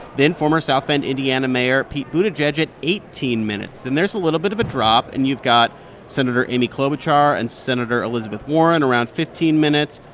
then former south bend, ind, yeah and mayor pete buttigieg at eighteen minutes. then there's a little bit of a drop, and you've got senator amy klobuchar and senator elizabeth warren around fifteen minutes,